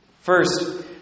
First